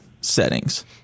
settings